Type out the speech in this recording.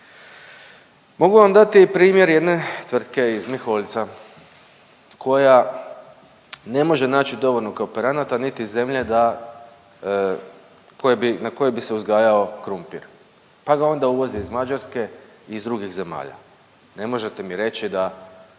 Mogu vam dati i primjer jedne tvrtke iz Miholjca koja ne može naći dovoljno kooperanata, niti zemlje da, koje bi, na kojoj bi se uzgajao krumpir, pa ga onda uvozi iz Mađarske i iz drugih zemalja. Ne možete mi reći da